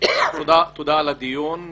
תודה על הדיון.